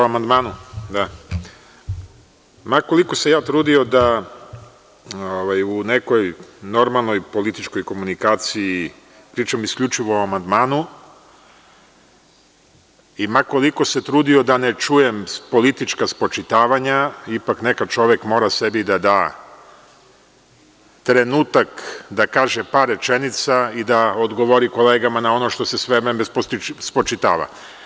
Ma koliko se ja trudio da u nekoj normalnoj političkoj komunikaciji pričam isključivo o amandmanu, i ma koliko se trudio da ne čujem politička spočitavanja, ipak nekada čovek mora sebi da da trenutak i da kaže par rečenica i da odgovori kolegama na ono što se sve vreme spočitava.